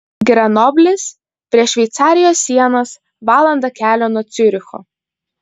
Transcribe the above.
grenoblis prie šveicarijos sienos valanda kelio nuo ciuricho